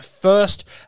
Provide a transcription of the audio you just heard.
first